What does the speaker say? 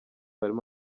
harimo